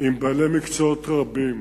באופן קבוע עם בעלי מקצועות רבים